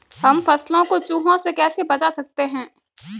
हम फसलों को चूहों से कैसे बचा सकते हैं?